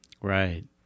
Right